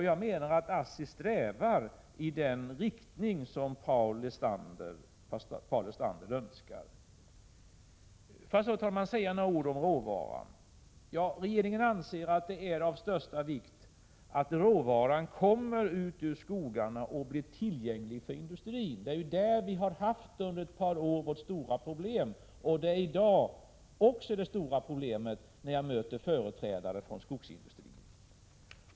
Jag menar att ASSI strävar i den riktning som Paul Lestander önskar. Sedan några ord om råvaran. Regeringen anser att det är av största vikt att råvaran kommer ut ur skogarna och blir tillgänglig för industrin. På den punkten har vi under ett par år haft vårt stora problem, och också i dag är detta det stora problemet, när jag möter företrädare för skogsindustrin.